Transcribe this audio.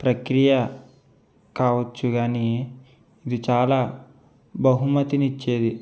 ప్రక్రియ కావచ్చు గానీ ఇది చాలా బహుమతిని ఇచ్చేది